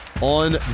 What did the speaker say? on